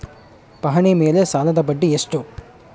ಪಹಣಿ ಮೇಲೆ ಸಾಲದ ಬಡ್ಡಿ ಎಷ್ಟು?